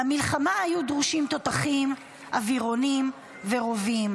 למלחמה היו דרושים תותחים, אווירונים ורובים.